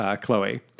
Chloe